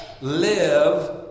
live